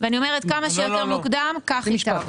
אני אומרת, כמה שיותר מוקדם כך ייטב.